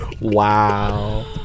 Wow